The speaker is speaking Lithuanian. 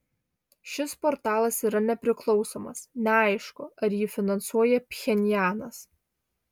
šis portalas yra nepriklausomas neaišku ar jį finansuoja pchenjanas